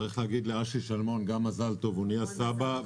צריך להגיד לאשי שלמון מזל טוב הוא נהיה סבא,